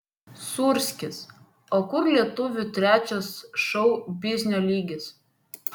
sūrskis o kur lietuvių trečias šou biznio lygis